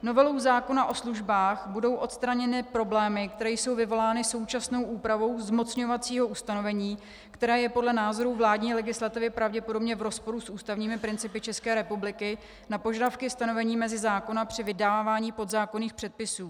Novelou zákona o službách budou odstraněny problémy, které jsou vyvolány současnou úpravou zmocňovacího ustanovení, které je podle názoru vládní legislativy pravděpodobně v rozporu s ústavními principy České republiky na požadavky ustanovení mezí zákona při vydávání podzákonných předpisů.